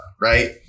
right